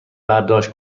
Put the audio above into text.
برداشت